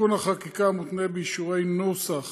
תיקון החקיקה מותנה באישורי נוסח